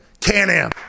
Can-Am